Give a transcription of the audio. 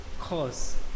cause